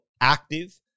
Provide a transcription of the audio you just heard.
active